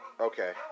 okay